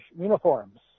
uniforms